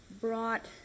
brought